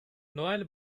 noel